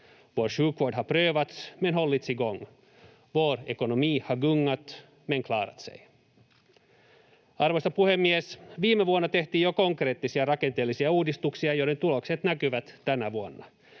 Vår sjukvård har prövats, men hållits igång. Vår ekonomi har gungat, men klarat sig. Arvoisa puhemies! Viime vuonna tehtiin jo konkreettisia rakenteellisia uudistuksia, joiden tulokset näkyvät tänä vuonna.